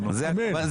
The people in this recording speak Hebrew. לאופוזיציה,